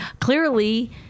clearly